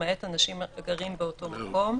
למעט אנשים הגרים באותו מקום.